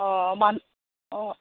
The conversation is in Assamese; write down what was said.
অঁ মানুহ অঁ